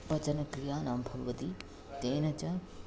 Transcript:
पचनक्रिया न भवति तेन च